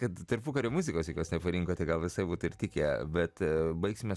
kad tarpukario muzikos diskotekų rinkose gal visai būtų ir tikę bet baigsime